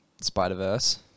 Spider-Verse